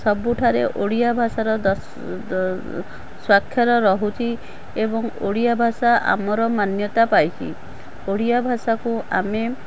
ସବୁଠାରେ ଓଡ଼ିଆ ଭାଷାର ସ୍ଵାକ୍ଷର ରହୁଛି ଏବଂ ଓଡ଼ିଆ ଭାଷା ଆମର ମାନ୍ୟତା ପାଇଛି ଓଡ଼ିଆ ଭାଷାକୁ ଆମେ